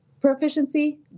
proficiency